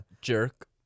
Jerk